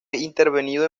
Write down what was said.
intervenido